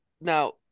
now